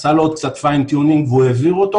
עשה לו עוד קצת פיין טיונינג והוא העביר אותו